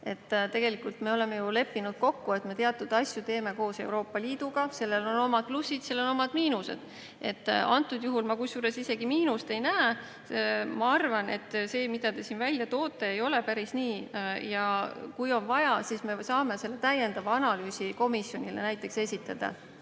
Tegelikult me oleme leppinud kokku, et me teatud asju teeme koos Euroopa Liiduga. Sellel on omad plussid, sellel on omad miinused. Kusjuures antud juhul ma miinust isegi ei näe. Ma arvan, et see, mida te siin välja toote, ei ole päris nii. Kui on vaja, siis me saame selle täiendava analüüsi komisjonile esitada.